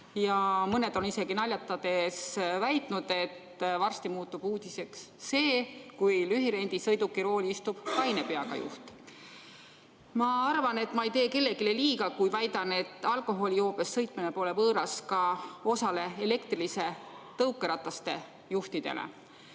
Mõned on isegi naljatades väitnud, et varsti muutub uudiseks see, kui lühirendisõiduki rooli istub kaine peaga juht. Ma arvan, et ma ei tee kellelegi liiga, kui väidan, et alkoholijoobes sõitmine pole võõras ka osale elektriliste tõukerataste juhtidele.